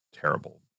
terrible